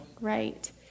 Right